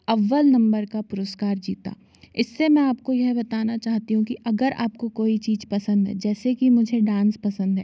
अव्वल नंबर का पुरस्कार जीता इससे मैं आपको यह बताना चाहती हूँ कि अगर आपको कोई चीज़ पसंद है जैसे कि मुझे डांस पसंद है